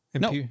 No